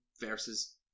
versus